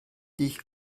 dich